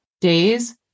days